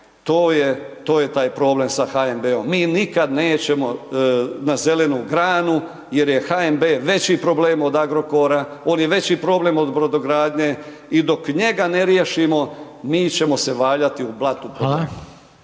to je taj problem sa HNB-om, mi nikad nećemo na zelenu granu jer je HNB veći problem od Agrokora, on je veći problem od brodogradnje i dok njega ne riješimo, mi ćemo se valjati u blatu